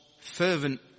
fervent